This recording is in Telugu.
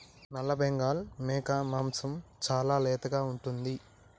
నల్లబెంగాల్ మేక మాంసం చాలా లేతగా ఉంటుంది